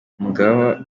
umugaba